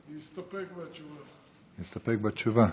להסתפק בתשובה שלי.